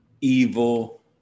evil